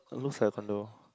looks like a condo